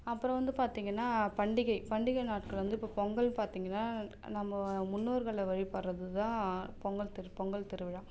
அப்புறம் வந்து பார்த்தீங்கன்னா பண்டிகை பண்டிகை நாட்கள் வந்து இப்போ பொங்கல் பார்த்தீங்கன்னா நம்ம முன்னோர்களை வழிபடுவது தான் பொங்கல் திரு பொங்கல் திருவிழா